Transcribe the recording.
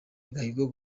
agahigo